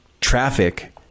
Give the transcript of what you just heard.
traffic